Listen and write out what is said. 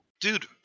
Dude